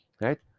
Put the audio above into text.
right